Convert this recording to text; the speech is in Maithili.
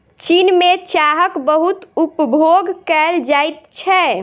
चीन में चाहक बहुत उपभोग कएल जाइत छै